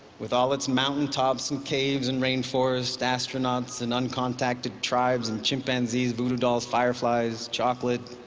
with all its mountain tops and caves and rainforests, astronauts and uncontacted tribes and chimpanzees, voodoo dolls, fireflies, chocolate,